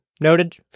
Noted